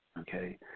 Okay